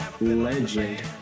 legend